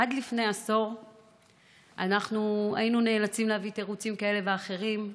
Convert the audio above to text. עד לפני עשור אנחנו היינו נאלצים להביא תירוצים כאלה ואחרים,